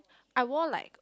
I wore like